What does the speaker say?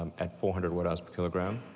um at four hundred watt hours per kilogram,